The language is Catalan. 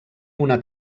una